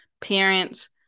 parents